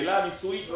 אבל